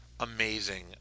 Amazing